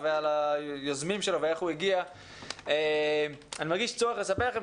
על היוזמים שלו אני מרגיש צורך לספר לכם